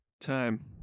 Time